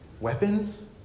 weapons